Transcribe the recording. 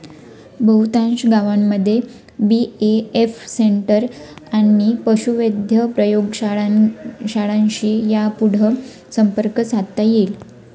बहुतांश गावांमध्ये BAF centre आणि पशुवैद्यक प्रयोगशाळांशी यापुढं संपर्क साधता येईल